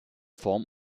form